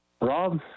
Rob